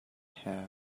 have